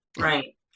right